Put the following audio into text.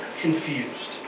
confused